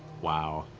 wow.